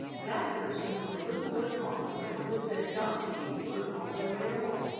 that person was the little lord fauntleroy who was said not to be lord fauntleroy at all.